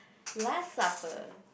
last supper